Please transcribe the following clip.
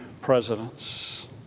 presidents